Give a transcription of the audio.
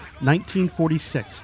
1946